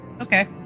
Okay